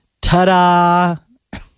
Ta-da